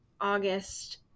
August